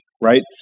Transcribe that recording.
right